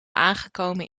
aangekomen